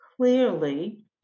clearly